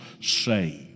saved